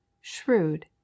shrewd